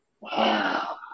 Wow